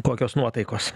kokios nuotaikos